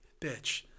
bitch